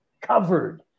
covered